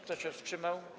Kto się wstrzymał?